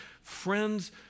friends